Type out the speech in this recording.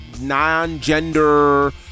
non-gender